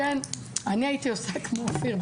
אני הייתי עושה כמו אופיר,